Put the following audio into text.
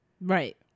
right